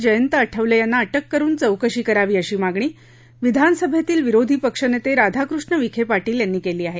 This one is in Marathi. जयंत आठवले यांना अटक करून चौकशी करावी अशी मागणी विधानसभेतील विरोधी पक्षनेते राधाकृष्ण विखे पाटील यांनी केली आहे